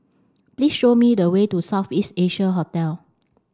please show me the way to South East Asia Hotel